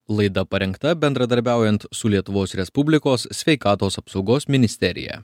laida parengta bendradarbiaujant su lietuvos respublikos sveikatos apsaugos ministerija